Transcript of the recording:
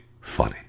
funny